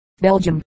Belgium